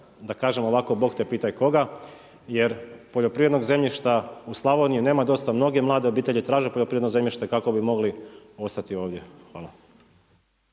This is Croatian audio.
da kažem ovako Bog te pitaj koga jer poljoprivrednog zemljišta u Slavoniji nema dosta. Mnoge mlade obitelji traže poljoprivredno zemljište kako bi mogli ostati ovdje. Hvala.